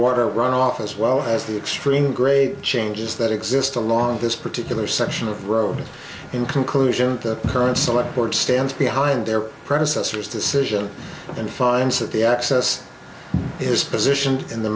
water runoff as well as the extreme great changes that exist along this particular section of road in conclusion that current select board stands behind their predecessors decision and finds that the access is positioned in the